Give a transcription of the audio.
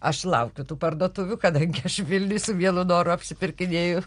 aš laukiu tų parduotuvių kadangi aš vilniuj su mielu noru apsipirkinėju